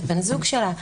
את בן הזוג שלה.